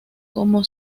como